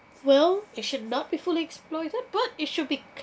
well it should not be fully exploited but it should be